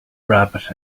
rabbit